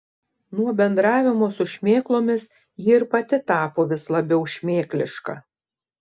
nuo bendravimo su šmėklomis ji ir pati tapo vis labiau šmėkliška